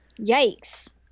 Yikes